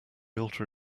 alter